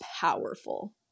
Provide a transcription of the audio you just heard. powerful